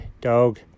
dog